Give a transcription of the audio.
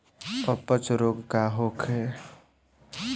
अपच रोग का होखे?